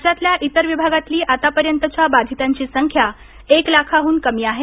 राज्यातल्या इतर विभागातील आतापर्यंतच्या बाधितांची संख्या एक लाखाहून कमी आहे